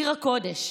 עיר הקודש.